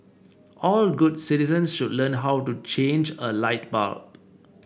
all good citizens should learn how to change a light bulb